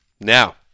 Now